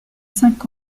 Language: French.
cinq